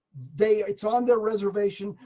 they it's on their reservation,